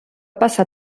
passar